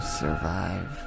survive